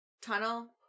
tunnel